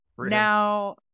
Now